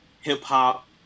hip-hop